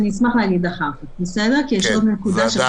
אשמח להגיד אחר כך כי יש עוד נקודה שחשוב לי להעלות.